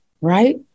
right